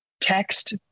text